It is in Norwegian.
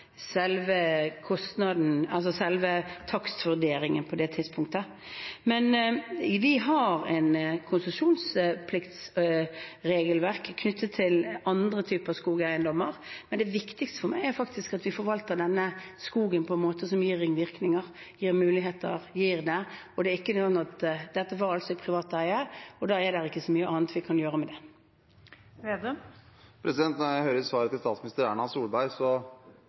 kostnaden, altså takstvurderingen, på det tidspunktet. Men vi har et konsesjonspliktregelverk knyttet til andre typer skogeiendommer. Det viktigste for meg er at vi forvalter denne skogen på en måte som gir ringvirkninger og muligheter. Dette var altså i privat eie, da er det ikke så mye vi kan gjøre med det. Når jeg hører svaret fra statsminister Erna Solberg,